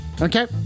Okay